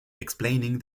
explaining